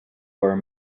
were